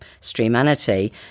StreamAnity